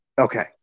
Okay